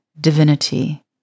divinity